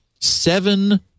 seven